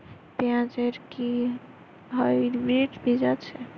পেঁয়াজ এর কি হাইব্রিড বীজ হয়?